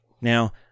Now